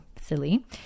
silly